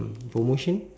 promotion